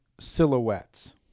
silhouettes